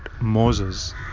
Moses